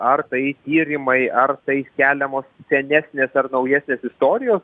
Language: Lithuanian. ar tai tyrimai ar tai keliamos senesnės ar naujesnės istorijos